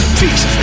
peace